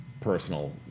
personal